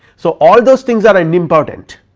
so, all those things are unimportant.